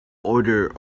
order